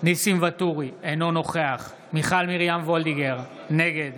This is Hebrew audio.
ניסים ואטורי, אינו נוכח מיכל מרים וולדיגר, נגד